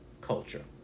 culture